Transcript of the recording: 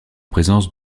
présence